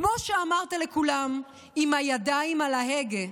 כמו שאמרת לכולם, עם הידיים על ההגה.